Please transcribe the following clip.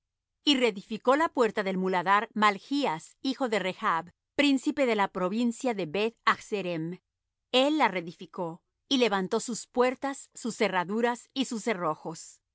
y reedificó la puerta del muladar malchas hijo de rechb príncipe de la provincia de beth haccerem él la reedificó y levantó sus puertas sus cerraduras y sus cerrojos